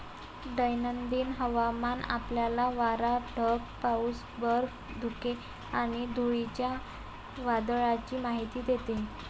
दैनंदिन हवामान आपल्याला वारा, ढग, पाऊस, बर्फ, धुके आणि धुळीच्या वादळाची माहिती देते